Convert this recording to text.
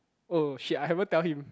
oh shit I haven't tell him